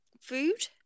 food